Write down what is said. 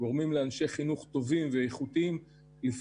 אנשים השקיעו 850,000 שקלים והפסידו אותם כי